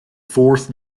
fourth